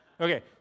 Okay